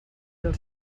del